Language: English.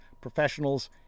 professionals